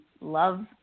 love